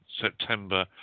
September